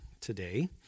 today